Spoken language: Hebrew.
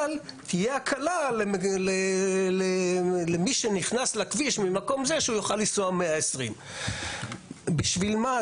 אבל תהיה הקלה למי שנכנס לכביש ממקום זה שהוא יוכל לנסוע 120. בשביל מה?